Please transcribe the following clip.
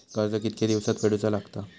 कर्ज कितके दिवसात फेडूचा लागता?